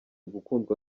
gukundwa